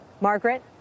Margaret